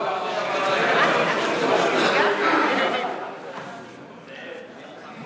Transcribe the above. לוועדה שתקבע ועדת